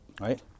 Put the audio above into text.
Right